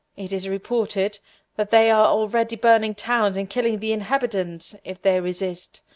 it is reported that they are already burning towns and killing the inhabitants if they resist.